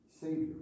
Savior